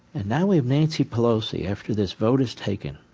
and now we have nancy pelosi after this vote is taken,